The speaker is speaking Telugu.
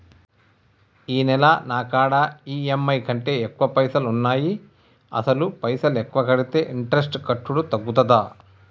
ఈ నెల నా కాడా ఈ.ఎమ్.ఐ కంటే ఎక్కువ పైసల్ ఉన్నాయి అసలు పైసల్ ఎక్కువ కడితే ఇంట్రెస్ట్ కట్టుడు తగ్గుతదా?